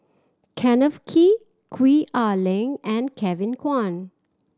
Kenneth Kee Gwee Ah Leng and Kevin Kwan